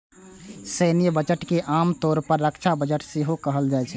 सैन्य बजट के आम तौर पर रक्षा बजट सेहो कहल जाइ छै